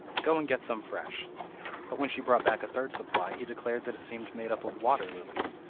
go and get some fresh but when she brought back a third supply he declared that it seemed made up of water-lilies,